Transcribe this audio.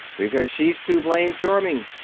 because she's too blame charming.